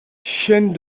chêne